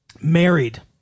Married